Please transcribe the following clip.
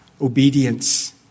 obedience